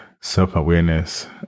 self-awareness